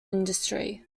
industry